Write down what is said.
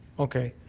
okay.